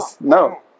No